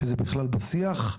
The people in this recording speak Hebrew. שזה בכלל בשיח,